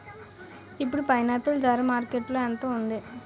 ఇప్పుడు పైనాపిల్ ధర మార్కెట్లో ఎంత ఉంది?